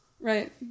Right